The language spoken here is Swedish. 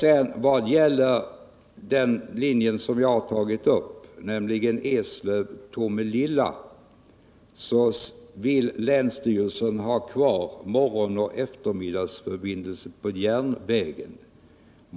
Vad sedan gäller den linje jag har tagit upp, nämligen Eslöv-Tomelilla, vill länsstyrelsen ha kvar morgonoch eftermiddagsförbindelsen på järnvägen.